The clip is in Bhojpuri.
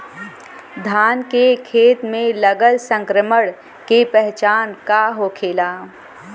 धान के खेत मे लगल संक्रमण के पहचान का होखेला?